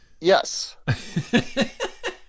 yes